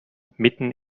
mitten